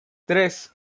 tres